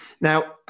Now